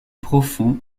profond